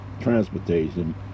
Transportation